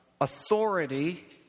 authority